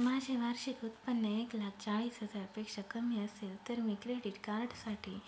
माझे वार्षिक उत्त्पन्न एक लाख चाळीस हजार पेक्षा कमी असेल तर मी क्रेडिट कार्डसाठी